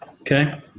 Okay